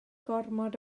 gormod